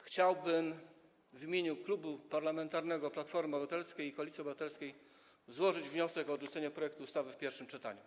Chciałbym zatem w imieniu Klubu Parlamentarnego Platforma Obywatelska - Koalicja Obywatelska złożyć wniosek o odrzucenie projektu ustawy w pierwszym czytaniu.